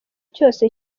cyose